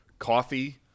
Coffee